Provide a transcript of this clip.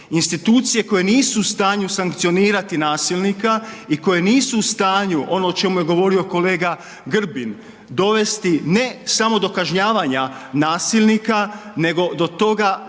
Institucije koje nisu u stanju sankcionirati nasilnika i koje nisu u stanju, ono o čemu je govorio kolega Grbin, dovesti ne samo do kažnjavanja nasilnika nego do toga da